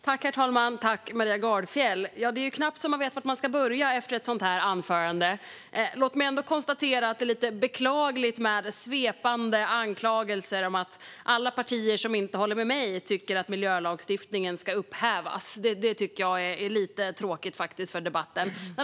Herr talman! Det är knappt att man vet var man ska börja efter ett sådant här anförande. Låt mig ändå konstatera att det är lite beklagligt med svepande anklagelser av typen "alla partier som inte håller med mig tycker att miljölagstiftningen ska upphävas". Det tycker jag faktiskt är lite tråkigt för debatten.